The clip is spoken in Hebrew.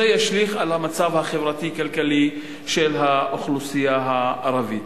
זה ישליך על המצב החברתי-כלכלי של האוכלוסייה הערבית.